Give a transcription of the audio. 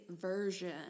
version